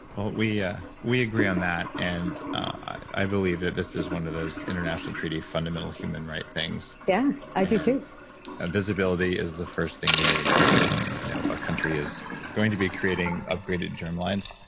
well, we yeah we agree on that and i believe that this is one of those international treaty fundamental human right things yeah, i do too ah visibility is the first thing we need so if you know a country is going to be creating upgraded germ lines,